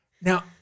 now